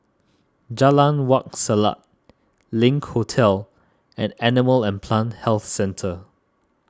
Jalan Wak Selat Link Hotel and Animal and Plant Health Centre